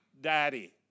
Daddy